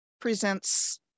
Presents